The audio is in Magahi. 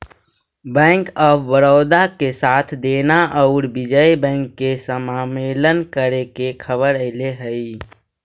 बैंक ऑफ बड़ोदा के साथ देना औउर विजय बैंक के समामेलन करे के खबर अले हई